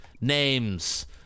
names